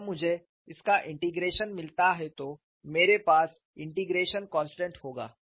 तो जब मुझे इसका इंटीग्रेशन मिलता है तो मेरे पास इंटीग्रेशन कॉन्स्टेंट होगा